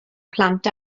plant